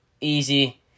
easy